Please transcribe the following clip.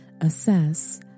Assess